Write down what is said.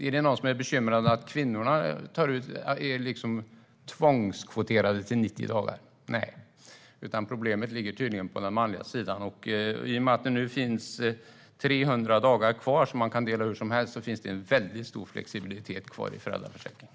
Är det någon som är bekymrad över att kvinnor tvångskvoteras när det gäller de 90 dagarna? Nej, problemet ligger tydligen på den manliga sidan. Men i och med att det nu finns 300 dagar kvar som man kan dela hur som helst finns det stor flexibilitet kvar i föräldraförsäkringen.